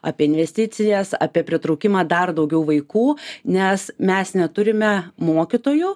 apie investicijas apie pritraukimą dar daugiau vaikų nes mes neturime mokytojų